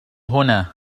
هنا